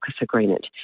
agreement